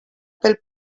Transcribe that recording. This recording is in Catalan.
pel